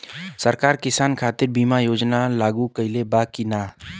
सरकार किसान खातिर बीमा योजना लागू कईले बा की ना?